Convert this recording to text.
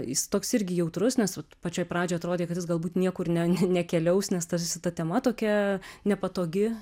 jis toks irgi jautrus nes vat pačioj pradžioj atrodė kad jis galbūt niekur ne ne nekeliaus nes tarsi ta tema tokia nepatogi